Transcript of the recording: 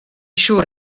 siŵr